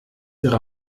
ihre